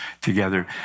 together